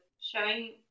showing